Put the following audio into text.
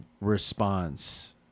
response